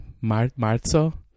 Marzo